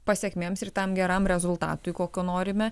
pasekmėms ir tam geram rezultatui kokio norime